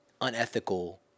unethical